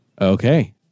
Okay